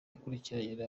akurikiranye